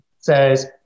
says